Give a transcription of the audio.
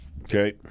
okay